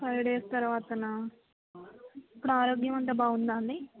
five days తర్వాతనా ఇప్పుడు ఆరోగ్యం అంత బాగుందా అండి